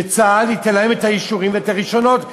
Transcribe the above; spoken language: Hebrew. שצה"ל ייתן להם את האישורים ואת הרישיונות.